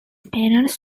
parents